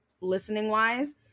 listening-wise